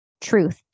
Truth